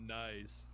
nice